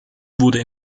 wurde